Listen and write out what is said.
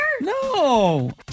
No